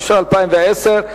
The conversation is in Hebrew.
התש"ע 2010,